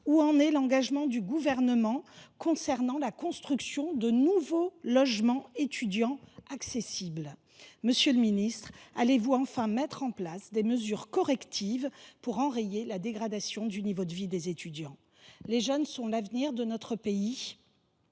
Où en est l’engagement du Gouvernement concernant la construction de nouveaux logements étudiants à prix accessible ? Allez vous enfin mettre en place des mesures correctives pour enrayer la dégradation des conditions de vie des étudiants ? Les jeunes sont l’avenir de notre pays